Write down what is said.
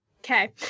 Okay